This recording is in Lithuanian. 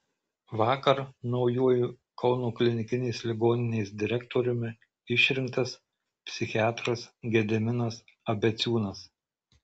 vakar naujuoju kauno klinikinės ligoninės direktoriumi išrinktas psichiatras gediminas abeciūnas